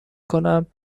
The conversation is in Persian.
کنم